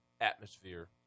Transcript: atmosphere